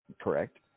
Correct